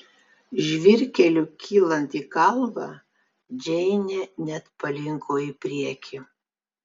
žvyrkeliu kylant į kalvą džeinė net palinko į priekį